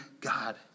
God